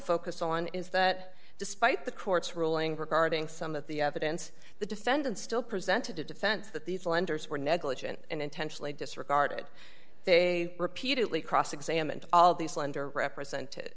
focus on is that despite the court's ruling regarding some of the evidence the defendant still presented a defense that these lenders were negligent and intentionally disregarded they repeatedly cross examined all these lender represented